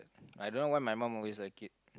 I don't know why my mum always like it